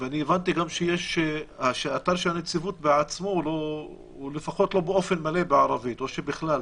הבנתי גם שהאתר של הנציבות בעצמו לפחות לא באופן מלא בערבית או שבכלל.